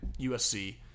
USC